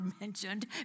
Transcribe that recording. mentioned